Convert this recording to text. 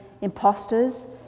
imposters